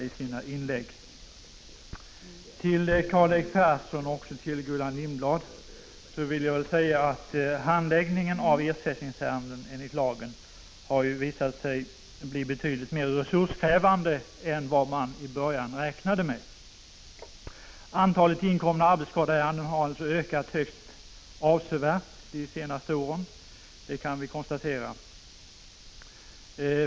Till Karl-Erik Persson och Gullan Lindblad vill jag säga att handläggningen av ersättningsärenden enligt lagen har visat sig bli betydligt mer resurskrävande än vad man i början räknade med. Antalet inkomna arbetsskadeärenden har ökat högst avsevärt de senaste åren.